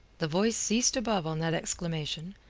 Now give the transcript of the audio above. the voice ceased above on that exclamation,